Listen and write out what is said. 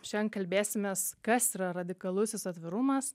šian kalbėsimės kas yra radikalusis atvirumas